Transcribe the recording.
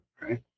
right